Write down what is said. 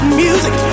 music